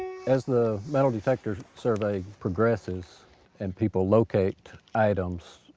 as the metal detectors survey progresses and people locate items,